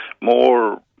more